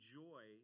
joy